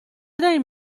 دارین